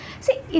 See